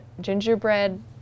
gingerbread